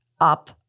up